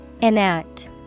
Enact